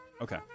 Okay